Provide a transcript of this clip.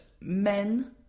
men